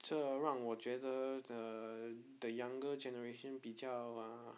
这让我觉得 the the younger generation 比较 uh